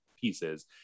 pieces